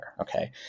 Okay